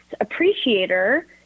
appreciator